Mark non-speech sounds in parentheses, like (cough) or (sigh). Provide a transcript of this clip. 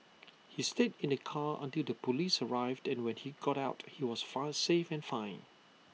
(noise) he stayed in the car until the Police arrived and when he got out he was far safe and fine